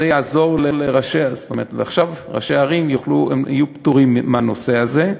עכשיו ראשי הערים יהיו פטורים מהנושא הזה.